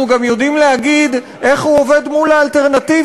אנחנו גם יודעים להגיד איך הוא עובד מול האלטרנטיבה.